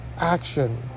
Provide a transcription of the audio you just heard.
action